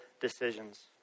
decisions